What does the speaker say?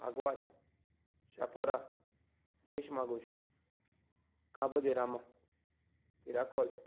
Aguada Chapora Reis Magos Cabo de Rama Tiracol